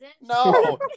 No